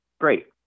Great